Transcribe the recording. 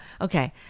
okay